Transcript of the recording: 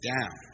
Down